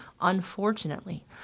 unfortunately